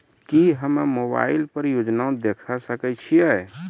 की हम्मे मोबाइल पर योजना देखय सकय छियै?